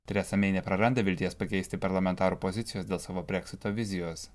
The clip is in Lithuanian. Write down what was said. teresa mei nepraranda vilties pakeisti parlamentarų pozicijos dėl savo breksito vizijos